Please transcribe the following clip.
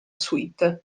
suite